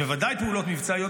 בוודאי פעולות מבצעיות,